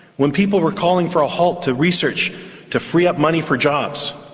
when people were calling for a halt to research to free up money for jobs,